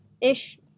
ish